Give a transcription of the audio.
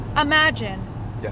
imagine